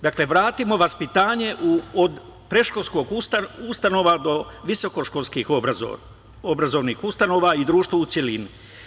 Dakle, vratimo vaspitanje od predškolskih ustanova, do visokoškolskih obrazovnih ustanova i društvu u celini.